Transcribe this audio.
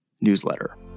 newsletter